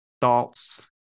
thoughts